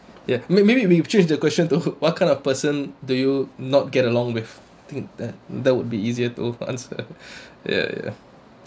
ya may~ maybe we change the question to what kind of person do you not get along with think that that would be easier to answer ya ya